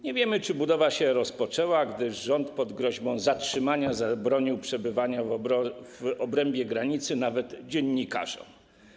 Nie wiemy, czy budowa się rozpoczęła, gdyż rząd pod groźbą zatrzymania zabronił przebywania w obrębie granicy nawet dziennikarzom.